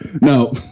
No